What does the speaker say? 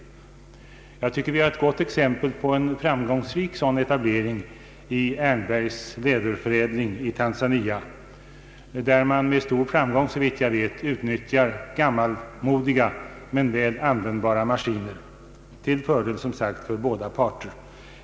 Jag tycker att det finns ett gott exempel på en sådan välanpassad etablering i Ernbergs läderfabrik i Tanzania, där man med stor framgång, såvitt jag vet, utnyttjar gammalmodiga men väl användbara maskiner till fördel som sagt för båda parter.